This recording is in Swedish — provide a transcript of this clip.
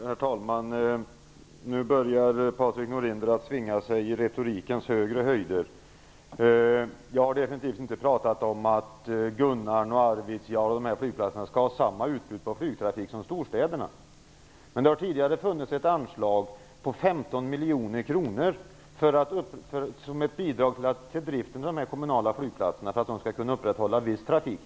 Herr talman! Nu börjar Patrik Norinder svinga sig på retorikens högre höjder. Jag har definitivt inte pratat om att Gunnarn, Arvidsjaur och de andra flygplatserna skall ha samma utbud av flygtrafik som storstäderna. Men det har tidigare funnits ett anslag på 15 miljoner kronor som ett bidrag för driften av de här kommunala flygplatserna, för att de skall kunna upprätthålla viss trafik.